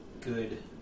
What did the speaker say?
good